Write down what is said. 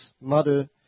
mother